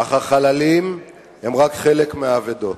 אך החללים הם רק חלק מהאבדות,